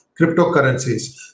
cryptocurrencies